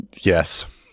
Yes